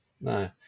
No